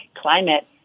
climate